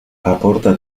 aporta